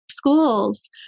Schools